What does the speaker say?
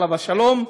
עליו השלום: